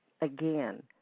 again